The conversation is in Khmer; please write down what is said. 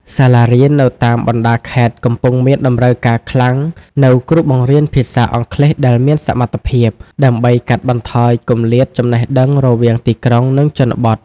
សាលារៀននៅតាមបណ្តាខេត្តកំពុងមានតម្រូវការខ្លាំងនូវគ្រូបង្រៀនភាសាអង់គ្លេសដែលមានសមត្ថភាព ដើម្បីកាត់បន្ថយគម្លាតចំណេះដឹងរវាងទីក្រុង និងជនបទ។